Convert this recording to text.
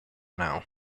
now